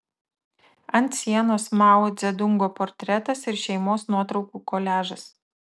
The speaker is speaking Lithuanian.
ant sienos mao dzedungo portretas ir šeimos nuotraukų koliažas